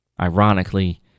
Ironically